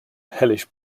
hellish